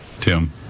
Tim